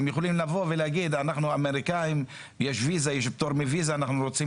הם יכולים לומר שלגבי האמריקאים יש פטור מוויזה והם רוצים